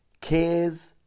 cares